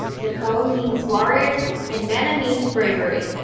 nakoa means warrior and mana means bravery,